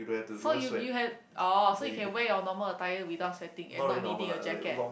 so you you have orh so you can wear your normal attire without sweating and not needing a jacket